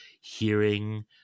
hearing